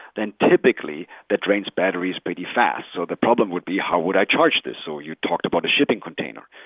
then typically that drains batteries pretty fast. so the problem would be how would i charge this? so you talked about a shipping container.